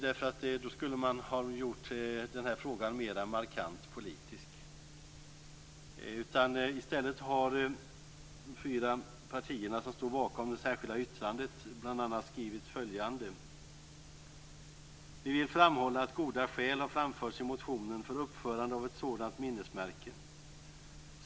Då skulle man ha gjort den här frågan mera markant politisk. I stället har de fyra partierna som står bakom det särskilda yttrandet bl.a. skrivit följande: "Vi vill dock framhålla att goda skäl har framförts i motionen för uppförande av ett sådant minnesmärke.